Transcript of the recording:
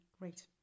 Great